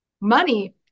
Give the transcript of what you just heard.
money